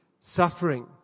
suffering